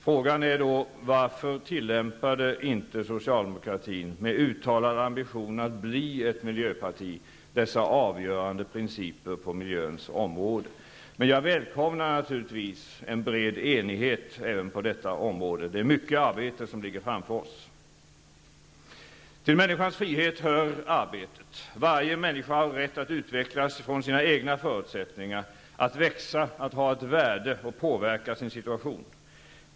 Frågan är då: Varför tillämpade inte socialdemokratin -- med uttalad ambition att bli ett miljöparti -- dessa avgörande principer på miljöns område? Men jag välkomnar naturligtvis en bred enighet även på detta område. Det är mycket arbete som ligger framför oss. Till människans frihet hör arbetet. Varje människa har rätt att utvecklas utifrån sina egna förutsättningar, att växa, ha ett värde och påverka sin situation.